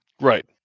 Right